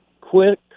quick